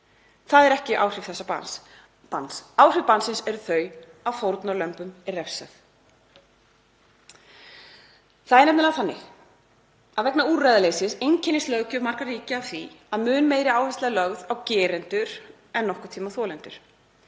Það eru ekki áhrif þessa banns. Áhrif bannsins eru þau að fórnarlömbum er refsað. Það er nefnilega þannig að vegna úrræðaleysis einkennist löggjöf margra ríkja af því að mun meiri áhersla er lögð á gerendur en nokkurn tíma þolendur,